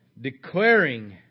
Declaring